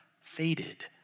faded